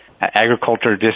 agriculture